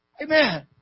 Amen